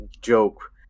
joke